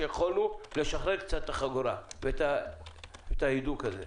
שיכולנו לשחרר קצת את החגורה ואת ההידוק הזה.